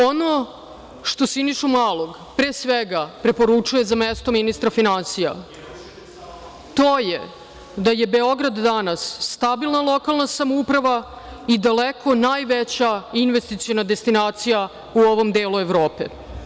Ono što Sinišu Malog pre svega preporučuje za mesto ministra finansija to je da je Beograd danas stabilna lokalna samouprava i daleko najveća investiciona destinacija u ovom delu Evrope.